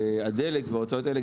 הדלק וההוצאות האלה,